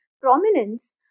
prominence